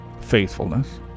Faithfulness